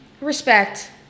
Respect